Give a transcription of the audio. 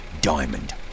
Diamond